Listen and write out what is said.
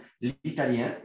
L'italien